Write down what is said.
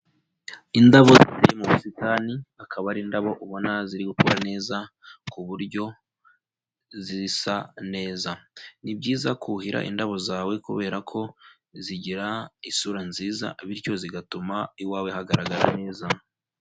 Indabo ziri mu busitani, akaba ari indabo ubona ziri gukura neza ku buryo zisa neza. Ni byiza kuhira indabo zawe kubera ko zigira isura nziza, bityo zigatuma iwawe hagaragara neza.